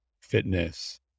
fitness